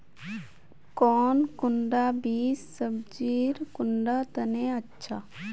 कौन कुंडा बीस सब्जिर कुंडा तने अच्छा?